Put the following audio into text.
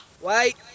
Wait